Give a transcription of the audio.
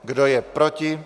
Kdo je proti?